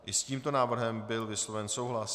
I s tímto návrhem byl vysloven souhlas.